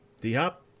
D-Hop